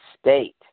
state